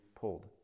pulled